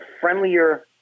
friendlier